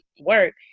work